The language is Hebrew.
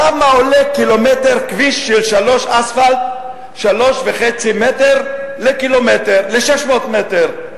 כמה עולה קילומטר כביש אספלט, 3.5 מטר, ל-600 מטר?